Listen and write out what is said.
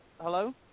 Hello